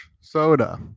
soda